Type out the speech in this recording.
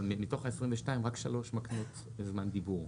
אבל מתוך ה-22 רק שלוש מקנות זמן דיבור,